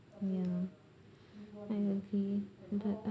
ya lor exactly but